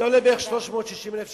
זה עולה בערך 360,000 שקלים.